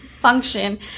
function